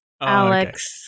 Alex